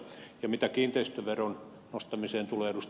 mitä kiinteistöveron nostamiseen tulee ed